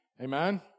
Amen